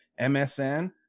MSN